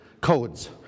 codes